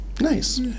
Nice